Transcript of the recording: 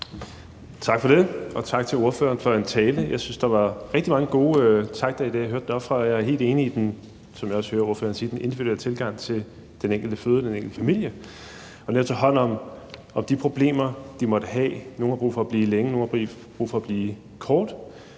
det, og tak til ordføreren for talen. Jeg synes, at der var rigtig mange gode takter i det, jeg hørte deroppefra. Jeg er helt enig i den – som jeg også hører ordføreren sige – individuelle tilgang til den enkelte fødende og den enkelte familie. Lad os tage hånd om de problemer, de måtte have. Nogle har brug for at blive længe, nogle har brug for at bliver